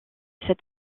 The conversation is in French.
cet